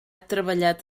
treballat